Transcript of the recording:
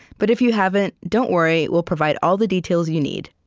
but if you haven't, don't worry. we'll provide all the details you need